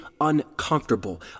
uncomfortable